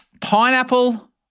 Pineapple